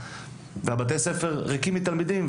ובתי הספר ריקים מתלמידים.